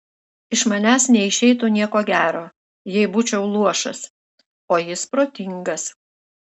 iš manęs neišeitų nieko gero jei būčiau luošas o jis protingas